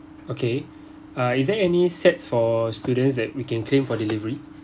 okay uh is there any sets for students that we can claim for delivery